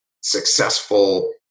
successful